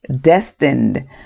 destined